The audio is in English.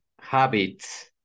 habits